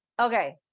Okay